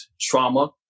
trauma